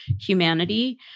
humanity